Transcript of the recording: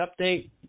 update